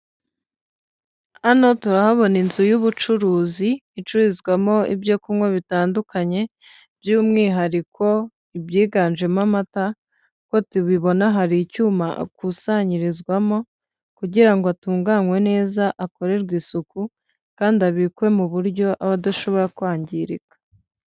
Hano turahabona inzu y'ubucuruzi, icururizwamo ibyo kunywa bitandukanye by'umwihariko ibyiganjemo amata, uko tubibona hari icyuma akusanyirizwamo kugira ngo atunganywe neza akorerwe isuku kandi abikwe mu buryo aba adashobora kwangirika.